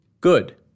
Good